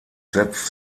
setzt